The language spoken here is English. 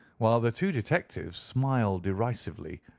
while the two detectives smiled derisively,